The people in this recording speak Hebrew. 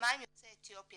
באקדמאים יוצאי אתיופיה.